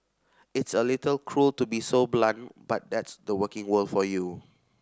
it's a little cruel to be so blunt but that's the working world for you